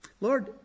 lord